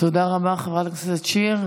תודה רבה, חברת הכנסת שיר.